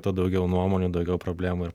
tuo daugiau nuomonių daugiau problemų ir